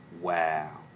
Wow